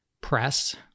press